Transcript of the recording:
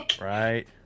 right